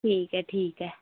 ठीक ऐ ठीक ऐ